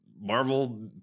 Marvel